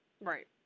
Right